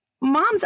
moms